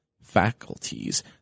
faculties